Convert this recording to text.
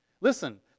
Listen